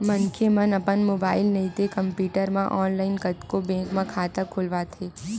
मनखे मन अपन मोबाईल नइते कम्प्यूटर म ऑनलाईन कतको बेंक म खाता खोलवाथे